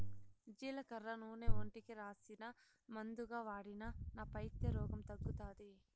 జీలకర్ర నూనె ఒంటికి రాసినా, మందుగా వాడినా నా పైత్య రోగం తగ్గుతాది